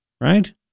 right